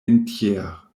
entier